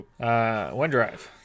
OneDrive